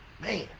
Man